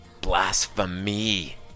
blasphemy